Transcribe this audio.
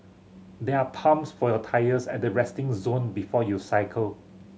there are pumps for your tyres at the resting zone before you cycle